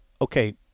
okay